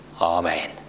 Amen